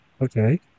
Okay